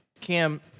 Cam